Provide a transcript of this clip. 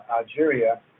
Algeria